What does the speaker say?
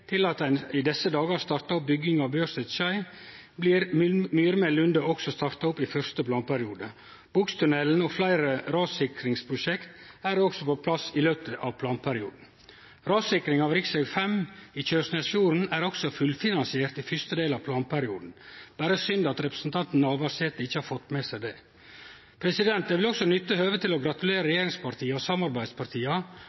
til at ein i desse dagar startar opp bygginga av Bjørset-Skei, blir Myrmel-Lunde også starta opp i fyrste planperiode. Bogstunnelen og fleire rassikringsprosjekt er på plass i løpet av planperioden. Rassikring av rv. 5 i Kjøsnesfjorden er også fullfinansiert i fyrste del av planperioden, berre synd at representanten Navarsete ikkje har fått med seg det. Eg vil nytte høvet til å gratulere